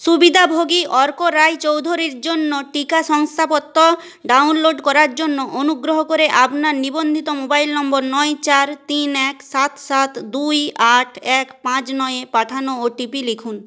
সুবিধাভোগী অর্ক রায়চৌধুরীর জন্য টিকা শংসাপত্র ডাউনলোড করার জন্য অনুগ্রহ করে আপনার নিবন্ধিত মোবাইল নম্বর নয় চার তিন এক সাত সাত দুই আট এক পাঁচ নয়ে পাঠানো ওটিপি লিখুন